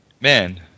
Man